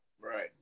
Right